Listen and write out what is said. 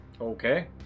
Okay